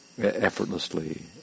effortlessly